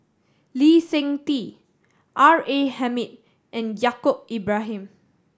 Lee Seng Tee R A Hamid and Yaacob Ibrahim